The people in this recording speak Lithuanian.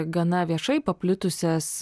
gana viešai paplitusias